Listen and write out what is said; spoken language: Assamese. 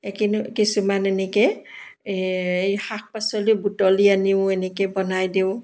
কিছুমান এনেকৈ এই শাক পাচলি বুটলি আনিও এনেকৈ বনাই দিওঁ